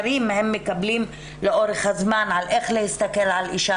מבחינה רפואית הבהילות והרמה שהמותקפות מגיעות אליו,